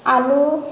আলু